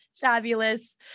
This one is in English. Fabulous